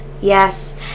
Yes